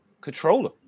controller